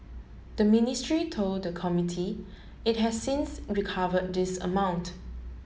the ministry told the committee it has since recover this amount